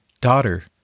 Daughter